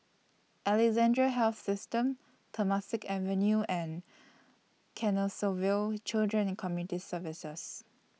Alexandra Health System Temasek Avenue and Canossaville Children and Community Services